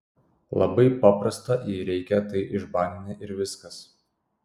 labai paprasta jei reikia tai išbanini ir viskas